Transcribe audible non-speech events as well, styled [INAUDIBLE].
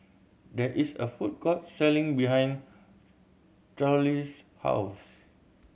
there is a food court selling behind [UNINTELLIGIBLE] house